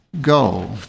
Go